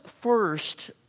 first